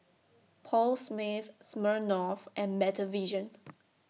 Paul Smith Smirnoff and Better Vision